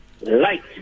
light